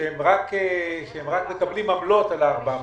שרק מקבלים עמלות על ה-400,